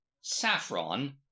Saffron